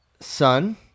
son